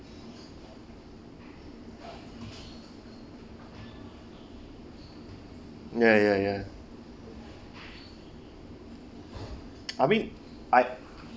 ya ya ya I mean I